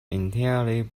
entirely